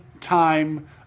time